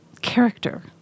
character